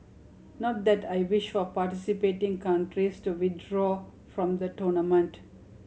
not that I wish for participating countries to withdraw from the tournament